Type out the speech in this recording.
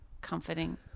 comforting